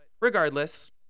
regardless